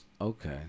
okay